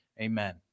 Amen